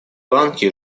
ланки